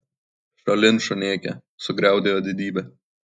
šalin šunėke sugriaudėjo didybė